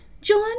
John